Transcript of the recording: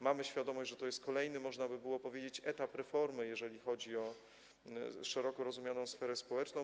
Mamy świadomość, że to jest kolejny, można by powiedzieć, etap reformy, jeżeli chodzi o szeroko rozumianą sferę społeczną.